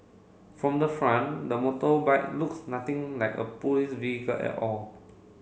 from the front the motorbike looks nothing like a police vehicle at all